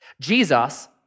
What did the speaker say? Jesus